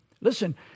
Listen